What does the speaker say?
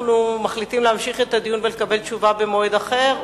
אנחנו מחליטים להמשיך את הדיון ולקבל תשובה במועד אחר,